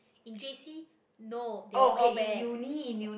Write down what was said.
in J_C no they were all bad